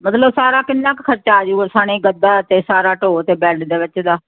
ਮਤਲਬ ਸਾਰਾ ਕਿੰਨਾ ਕੁ ਖੱਟਾ ਆਜਗਾ ਸਣੇ ਗੱਦਾ ਤੇ ਸਾਰਾ ਢੋ ਤੇ ਬੈਡ ਦੇ ਵਿੱਚ ਦਾ